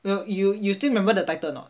you you you still remember the title or not